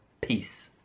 peace